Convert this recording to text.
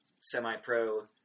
semi-pro